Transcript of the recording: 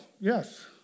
yes